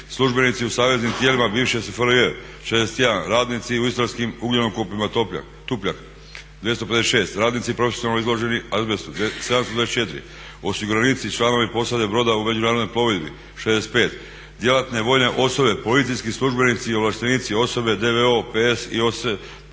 službenici u saveznim tijelima bivše SFRJ 61. Radnici u istarskim ugljenokopima Tupljak 256. Radnici profesionalno izloženi azbestu 724. Osiguranici i članovi posade broda u međunarodnoj plovidbi 65. Djelatne vojne osobe, policijski službenici i ovlaštenici, osobe DVO, PS i OS